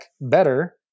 better